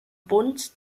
bund